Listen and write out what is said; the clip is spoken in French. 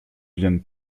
viennent